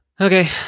Okay